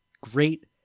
great